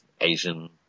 asian